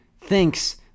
thinks